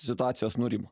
situacijos nurimo